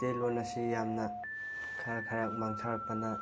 ꯃꯩꯇꯩꯂꯣꯟ ꯑꯁꯤ ꯌꯥꯝꯅ ꯈꯔ ꯈꯔ ꯃꯥꯡꯊꯔꯛꯄꯅ